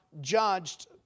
judged